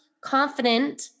confident